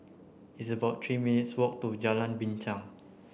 it's about three minutes' walk to Jalan Binchang